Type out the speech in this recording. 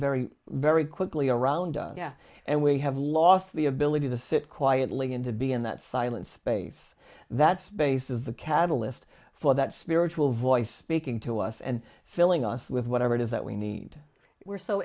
very very quickly around us and we have lost the ability to sit quietly and to be in that silent space that space is the catalyst for that spiritual voice speaking to us and filling us with whatever it is that we need we're so